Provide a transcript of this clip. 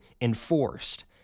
enforced